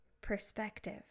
perspective